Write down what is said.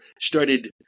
started